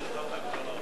התשע"ב 2012,